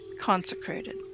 consecrated